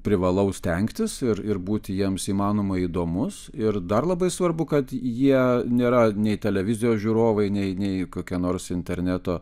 privalau stengtis ir ir būti jiems įmanoma įdomus ir dar labai svarbu kad jie nėra nei televizijos žiūrovai nei nei kokie nors interneto